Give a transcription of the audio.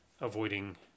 avoiding